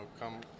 come